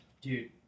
Dude